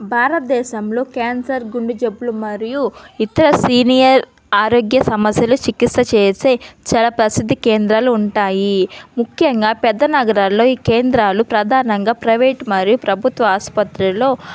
భారత దేశంలో క్యాన్సర్ గుండె జబ్బులు మరియు ఇతర సీనియర్ ఆరోగ్య సమస్యలు చికిత్స చేసే చాలా ప్రసిద్ధి కేంద్రాలు ఉంటాయి ముఖ్యంగా పెద్ద నగరాల్లో ఈ కేంద్రాలు ప్రధానంగా ప్రైవేట్ మరియు ప్రభుత్వ ఆసుపత్రిలో